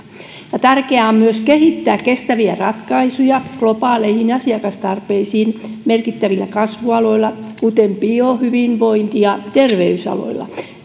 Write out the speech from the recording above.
vaikeaa tärkeää on myös kehittää kestäviä ratkaisuja globaaleihin asiakastarpeisiin merkittävillä kasvualoilla kuten bio hyvinvointi ja terveysaloilla